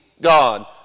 God